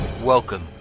Welcome